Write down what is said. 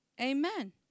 Amen